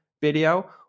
video